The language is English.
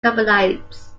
carbonates